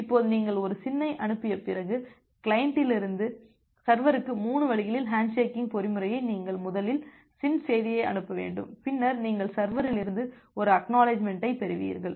இப்போது நீங்கள் ஒரு SYN ஐ அனுப்பிய பிறகு கிளையண்டிலிருந்து சர்வருக்கு 3 வழிகளில் ஹேண்ட்ஷேக்கிங் பொறிமுறையை நீங்கள் முதலில் SYN செய்தியை அனுப்ப வேண்டும் பின்னர் நீங்கள் சர்வரிலிருந்து ஒரு ACK ஐப் பெறுவீர்கள்